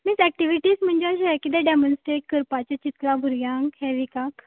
means activities म्हणजे अशें कितें डॅमॉन्स्ट्रेट करपाचें चिंतलां भुरग्यांक हे विकाक